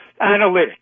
Analytics